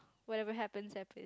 whatever happens happen